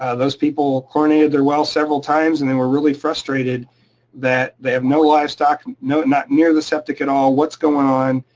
ah those people chlorinated their well several times and they were really frustrated that they have no livestock, not near the septic at all, what's going on,